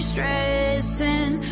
Stressing